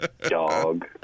dog